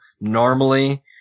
normally